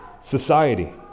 society